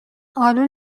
آلو